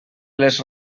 les